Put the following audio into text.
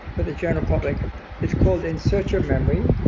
for the general public is called in search of memory